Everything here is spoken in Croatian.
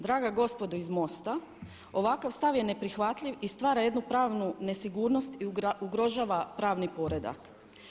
Draga gospodo iz MOST-a ovakav stav je neprihvatljiv i stvar jednu pravnu nesigurnost i ugrožava pravni poredak.